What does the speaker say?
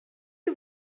que